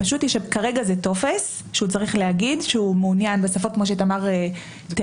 כרגע זה טופס שהוא צריך לומר שהוא מעוניין בשפה כפי שתמר תיארה,